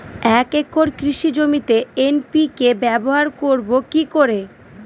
এক একর কৃষি জমিতে এন.পি.কে ব্যবহার করব কি করে?